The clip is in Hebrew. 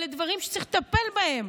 אלה דברים שצריך לטפל בהם.